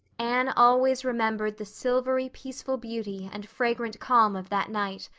anne always remembered the silvery, peaceful beauty and fragrant calm of that night.